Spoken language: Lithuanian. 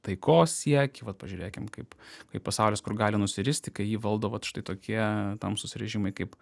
taikos siekį vat pažiūrėkim kaip kaip pasaulis kur gali nusiristi kai jį valdo vat štai tokie tamsūs režimai kaip